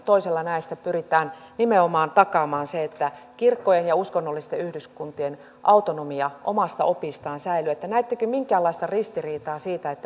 toisella näistä lausumista pyritään nimenomaan takaamaan se että kirkkojen ja uskonnollisten yhdyskuntien autonomia omasta opistaan säilyy näettekö minkäänlaista ristiriitaa siinä